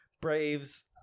braves